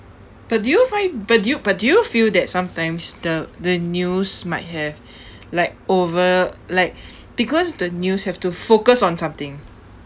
but do you find but do you but do you feel that sometimes the the news might have like over like because the news have to focus on something